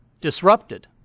disrupted